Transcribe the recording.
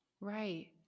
Right